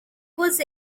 was